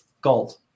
gold